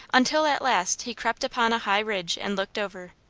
until at last he crept upon a high ridge and looked over.